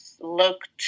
looked